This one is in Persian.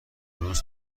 روز